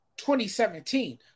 2017